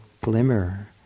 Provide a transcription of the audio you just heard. glimmer